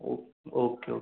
okay okay okay